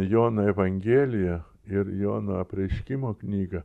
jono evangelija ir jono apreiškimo knyga